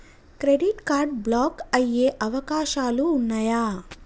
Credit card block అయ్యే అవకాశాలు ఉన్నయా?